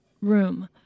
room